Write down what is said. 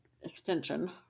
extension